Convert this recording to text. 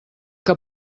que